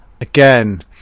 Again